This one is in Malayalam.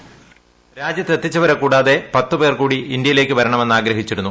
വോയ്സ് രാജ്യത്തെത്തിച്ചുവരെ കൂടാതെ പത്ത് പേർ കൂടി ഇന്ത്യയിലേക്ക് വരണമെന്ന് ആഗ്രഹിച്ചിരുന്നു